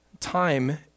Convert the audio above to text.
Time